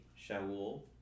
Shaul